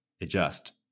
adjust